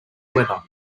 weather